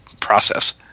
process